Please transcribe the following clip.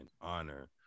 honor